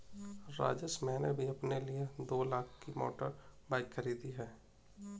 राजेश मैंने भी अपने लिए दो लाख की मोटर बाइक खरीदी है